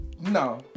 no